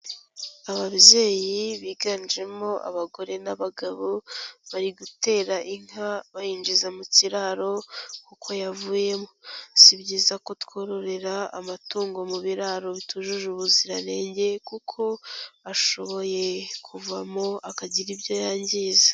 Ababyeyi biganjemo abagore n'abagabo, bari gutera inka bayinjiza mu kiraro kuko yavuyemo. Si byiza ko twororera amatungo mu biraro bitujuje ubuziranenge, kuko ashoboye kuvamo akagira ibyo yangiza.